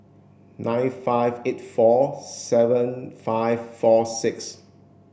nine five eight four seven five four six